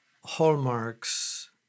hallmarks